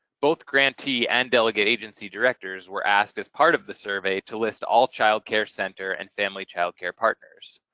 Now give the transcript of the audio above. both grantee and delegate agency directors were asked, as part of the survey, to list all child care center and family child care partners.